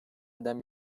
eden